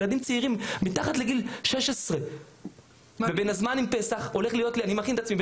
ילדים צעירים מתחת לגיל 16. אני מכין את עצמי,